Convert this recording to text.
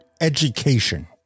education